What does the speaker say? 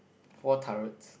four turrets